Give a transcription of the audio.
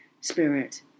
spirit